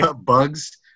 bugs